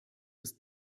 des